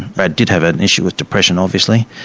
brad did have an issue with depression obviously.